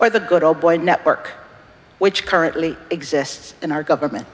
or the good old boy network which currently exists in our government